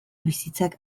bizitzak